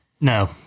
no